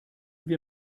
wir